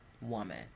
woman